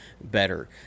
better